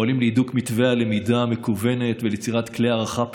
פועלים להידוק מתווה הלמידה המקוונת וליצירת כלי הערכה פנימיים,